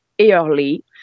early